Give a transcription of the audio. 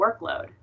workload